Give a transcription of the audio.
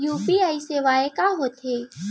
UPI सेवाएं का होथे